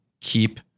keep